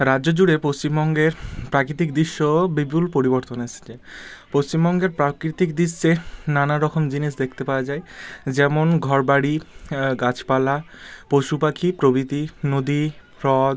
রাজ্য জুড়ে পশ্চিমবঙ্গের প্রাকৃতিক দৃশ্য বিপুল পরিবর্তন এসচে পশ্চিমবঙ্গের প্রাকৃতিক দৃশ্যে নানা রকম জিনিস দেখতে পাওয়া যায় যেমন ঘরবাড়ি গাছপালা পশুপাখি প্রভৃতি নদী হ্রদ